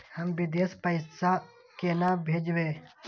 हम विदेश पैसा केना भेजबे?